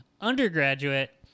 undergraduate